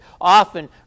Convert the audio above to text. often